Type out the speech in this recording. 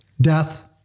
death